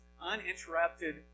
uninterrupted